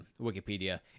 Wikipedia